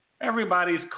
Everybody's